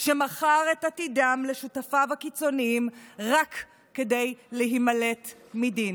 שמכר את עתידם לשותפיו הקיצוניים רק כדי להימלט מדין.